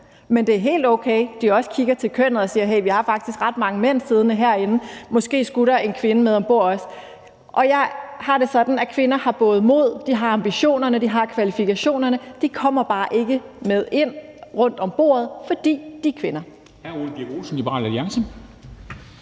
Men det er helt okay, at de også kigger til kønnet og siger: Hey, vi har faktisk ret mange mænd siddende herinde, så måske skulle vi også have en kvinde med om bord. Og jeg har det sådan, at kvinder både har mod, de har ambitionerne, og de har kvalifikationerne. De kommer bare ikke med ind rundt omkring bordet, fordi de er kvinder.